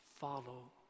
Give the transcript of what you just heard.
Follow